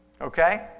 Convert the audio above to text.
Okay